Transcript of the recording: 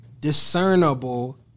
discernible